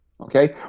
Okay